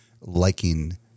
liking